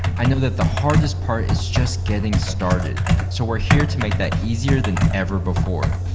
i know that the hardest part is just getting started. so we're here to make that easier than ever before.